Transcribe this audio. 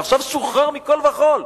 ועכשיו שוחרר מכול וכול,